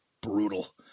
Brutal